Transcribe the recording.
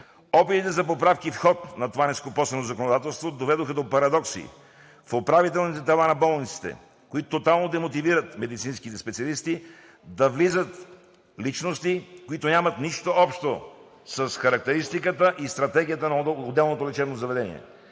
Опитите за поправки в ход на това нескопосано законодателство, доведоха до парадокси – в управителните тела на болниците, които тотално демотивират медицинските специалисти, да влизат личности, които нямат нищо общо с характеристиката и стратегията на отделното лечебно заведение.